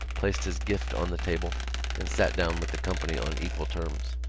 placed his gift on the table and sat down with the company on equal terms.